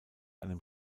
einem